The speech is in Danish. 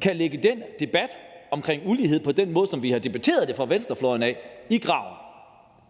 kan lægge den debat omkring ulighed på den måde, som man har debatteret den på fra venstrefløjens side, i graven.